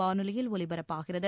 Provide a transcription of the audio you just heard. வானொலியில் ஒலிபரப்பாகிறது